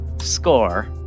score